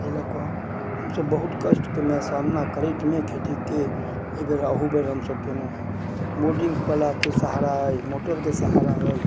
ताहि लऽ कऽ हमसभ बहुत कष्टके मे सामना करैत मे खेतीके एहि बेरा अहू बेर हमसभ केलहुँ हेँ बोर्डिंगवलाके सहारा एहि मोटरके सहारा अइ